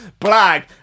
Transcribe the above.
blag